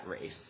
race